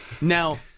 Now